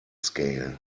scale